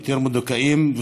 יותר מדוכאים,